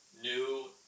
new